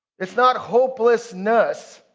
it's not hopelessness.